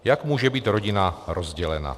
Jak může být rodina rozdělena?